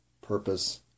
purpose